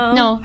no